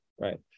right